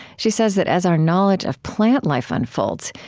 she says that as our knowledge of plant life unfolds,